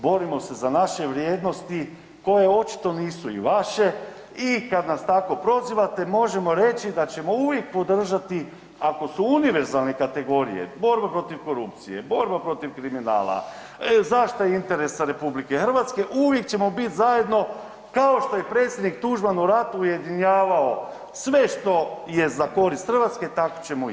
Borimo se za naše vrijednosti koje očito nisu i vaše i kada nas tako prozivate možemo reći da ćemo uvijek podržati ako su univerzalne kategorije borba protiv korupcije, borba protiv kriminala, zaštita interesa Republike Hrvatske uvijek ćemo biti zajedno kao što je i predsjednik Tuđman u ratu ujedinjavao sve što je za korist Hrvatske, tako ćemo i mi.